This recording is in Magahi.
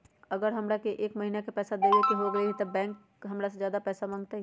अगर हमरा से एक महीना के पैसा देवे में देरी होगलइ तब बैंक हमरा से ज्यादा पैसा मंगतइ?